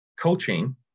coaching